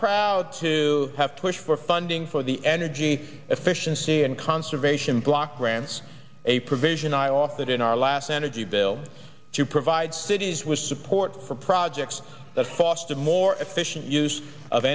proud to have pushed for funding for the energy efficiency and conservation block grants a provision i off that in our last energy bill to provide cities with support for projects that cost more efficient use of